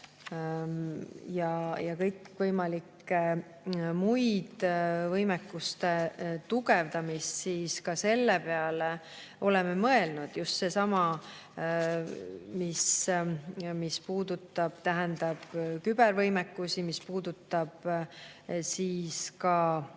ja kõikvõimalike muude võimekuste tugevdamist, siis ka selle peale oleme mõelnud. Just selle peale, mis puudutab kübervõimekusi, mis puudutab ka